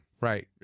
Right